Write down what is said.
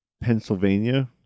Pennsylvania